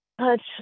touch